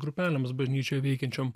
grupelėms bažnyčioj veikiančiom